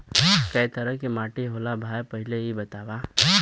कै तरह के माटी होला भाय पहिले इ बतावा?